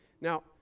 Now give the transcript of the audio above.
now